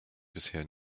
bisher